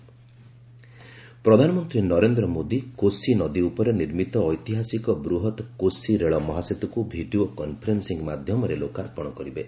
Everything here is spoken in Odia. ପିଏମ୍ କୋଶି ମେଗା ବ୍ରିଜ୍ ପ୍ରଧାନମନ୍ତ୍ରୀ ନରେନ୍ଦ୍ର ମୋଦି କୋଶି ନଦୀ ଉପରେ ନିର୍ମିତ ଐତିହାସିକ ବୂହତ୍ କୋଶି ରେଳ ମହାସେତୁକୁ ଭିଡ଼ିଓ କନ୍ଫରେନ୍ସିଂ ମାଧ୍ୟମରେ ଲୋକାର୍ପଣ କରିବେ